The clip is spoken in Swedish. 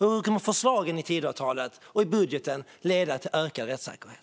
Hur kommer förslagen i Tidöavtalet och i budgeten att leda till ökad rättssäkerhet?